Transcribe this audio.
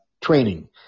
training